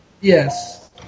Yes